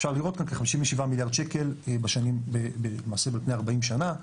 אפשר לראות כאן, כ-57 מיליארד שקל על פני 40 שנה,